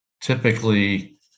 typically